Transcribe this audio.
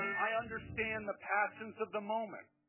i understand the passions of the moment.